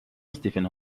استیون